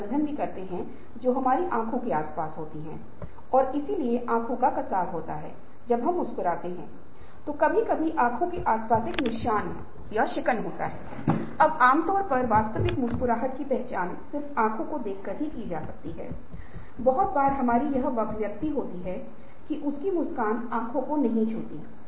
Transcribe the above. यह तय है कि संगठन बड़ा हो या छोटा उनके पास लक्ष्य होगा जैसे वो हासिल करना चाहते है क्योंकि दृष्टि एक लंबी अपेक्षाकृत दीर्घकालिक लक्ष्य है जो आप 5 साल मे करना चाहते हैं क्योंकि बाहरी कारोबारी माहौल अस्थिर है